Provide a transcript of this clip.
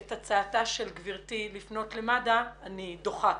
ואת הצעתה של גברתי לפנות למד"א אני כמובן דוחה.